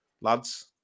lads